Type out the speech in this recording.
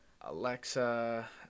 Alexa